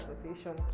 association